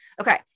okay